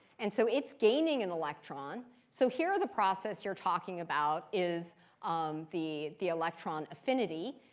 and so it's gaining an electron. so here, the process you're talking about is um the the electron affinity,